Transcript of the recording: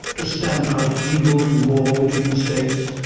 to stamp out evil and war between states,